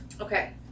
okay